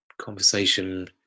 Conversation